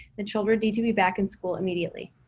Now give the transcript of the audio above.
the children need to be back in school immediately.